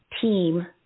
team